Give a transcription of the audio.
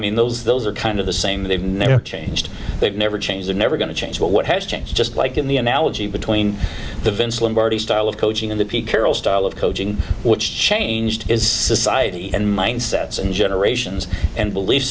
mean those those are kind of the same they've never changed they've never change they're never going to change but what has changed just like in the analogy between the vince lombardi style of coaching and the pete carroll style of coaching which changed is society and mindsets and generations and belief